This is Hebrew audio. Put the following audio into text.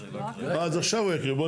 עכשיו הוא יקריא.